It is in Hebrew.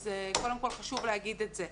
אז קודם כול, חשוב להגיד את זה.